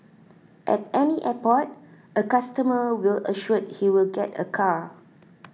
at any airport a customer will assured he will get a car